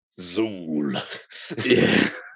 Zool